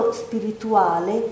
spirituale